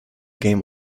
game